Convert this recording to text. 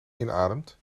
inademt